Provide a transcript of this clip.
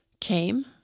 came